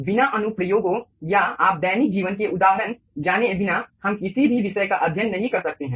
बिना अनुप्रयोगों या आप दैनिक जीवन के उदाहरण जाने बिना हम किसी भी विषय का अध्ययन नहीं कर सकते हैं